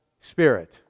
Spirit